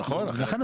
נכון, אחרת אין טעם.